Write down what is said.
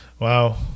wow